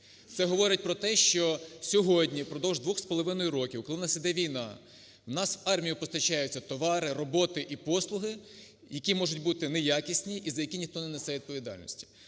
Це говорить про те, що сьогодні впродовж двох з половиною років, коли у нас йде війна, у нас в армію постачаються товари, роботи і послуги, які можуть бути не якісні і за які ніхто не несе відповідальності.